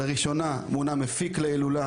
לראשונה מונה מפיק להילולה,